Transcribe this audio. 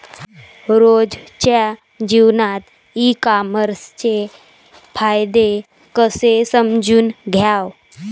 रोजच्या जीवनात ई कामर्सचे फायदे कसे समजून घ्याव?